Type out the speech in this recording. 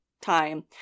time